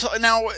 now